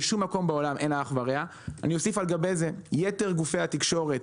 אני אוסיף לזה שביתר גופי התקשורת: